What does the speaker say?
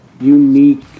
unique